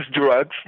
drugs